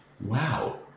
Wow